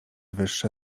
wyższe